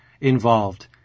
involved